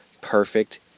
Perfect